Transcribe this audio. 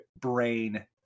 brain